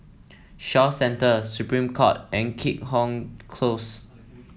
Shaw Centre Supreme Court and Keat Hong Close